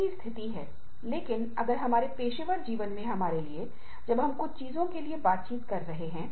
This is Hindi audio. यह कहने के बाद कि अगर आप काम संतुलन के बारे में सोच रहे हैं तो आप क्यों बात कर रहे हैं